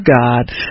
God